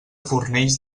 fornells